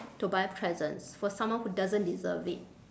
to buy presents for someone who doesn't deserve it